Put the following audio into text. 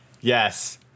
Yes